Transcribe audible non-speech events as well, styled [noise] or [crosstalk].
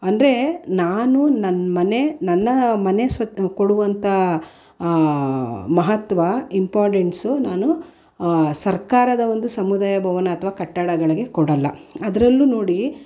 ಅಂದರೆ ನಾನು ನನ್ನ ಮನೆ ನನ್ನ ಮನೆ [unintelligible] ಕೊಡುವಂಥ ಆ ಮಹತ್ವ ಇಂಪಾರ್ಡೆನ್ಸು ನಾನು ಸರ್ಕಾರದ ಒಂದು ಸಮುದಾಯ ಭವನ ಅಥ್ವಾ ಕಟ್ಟಡಗಳಿಗೆ ಕೊಡೋಲ್ಲ ಅದರಲ್ಲೂ ನೋಡಿ